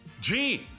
Gene